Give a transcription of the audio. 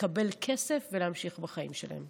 לקבל כסף ולהמשיך בחיים שלהם.